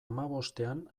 hamabostean